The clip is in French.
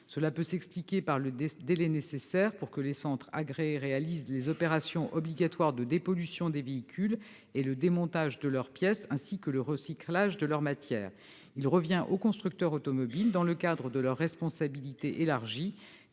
peuvent s'expliquer par le délai nécessaire pour que les centres agréés réalisent les opérations obligatoires de dépollution des véhicules et le démontage de leurs pièces, ainsi que le recyclage de leurs matières. Il revient aux constructeurs automobiles, dans le cadre de leur responsabilité élargie,